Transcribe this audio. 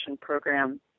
program